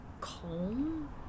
Calm